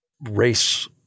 race